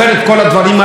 תודה רבה.